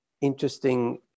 interesting